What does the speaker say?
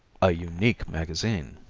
a unique magazine